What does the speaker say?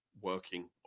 working